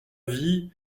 vie